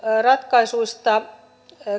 ratkaisuista